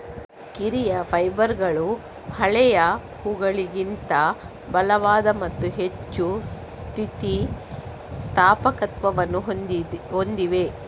ಕಿರಿಯ ಫೈಬರ್ಗಳು ಹಳೆಯವುಗಳಿಗಿಂತ ಬಲವಾದ ಮತ್ತು ಹೆಚ್ಚು ಸ್ಥಿತಿ ಸ್ಥಾಪಕತ್ವವನ್ನು ಹೊಂದಿವೆ